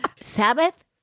Sabbath